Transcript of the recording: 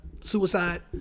suicide